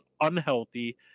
unhealthy